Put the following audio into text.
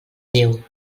déu